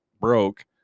broke